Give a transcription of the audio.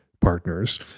partners